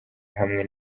hamwe